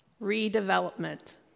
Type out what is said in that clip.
redevelopment